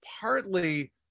partly